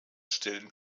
stellen